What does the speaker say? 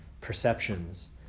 perceptions